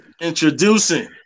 Introducing